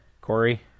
Corey